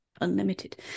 unlimited